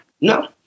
No